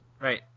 Right